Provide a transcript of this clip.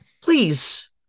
Please